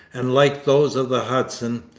and like those of the hudson,